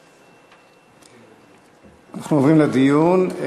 אנחנו עוברים לדיון.